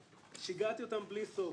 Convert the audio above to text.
שיגעתי אותן בלי בסוף.